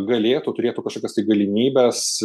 galėtų turėtų kažkokias tai galimybes